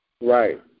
Right